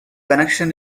connection